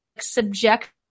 subject